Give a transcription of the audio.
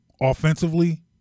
offensively